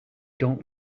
dont